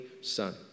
Son